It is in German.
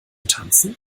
tanzen